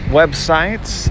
websites